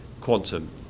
quantum